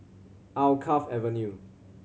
Alkaff Avenue